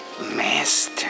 Master